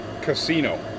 Casino